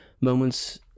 Moments